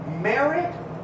merit